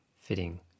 fitting